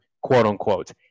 quote-unquote